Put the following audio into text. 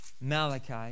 Malachi